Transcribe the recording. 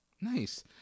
Nice